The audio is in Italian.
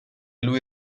lui